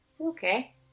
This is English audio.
Okay